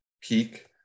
peak